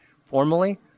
formally